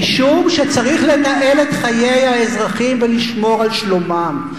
משום שצריך לנהל את חיי האזרחים ולשמור על שלומם.